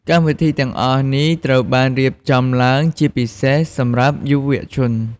កម្មវិធីទាំងអស់នេះត្រូវបានរៀបចំឡើងជាពិសេសសម្រាប់យុវជន។